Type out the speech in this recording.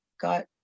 got